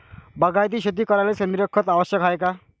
बागायती शेती करायले सेंद्रिय खत आवश्यक हाये का?